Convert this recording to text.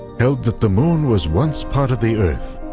held that the moon was once part of the earth,